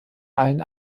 allen